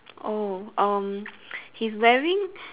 oh um he's wearing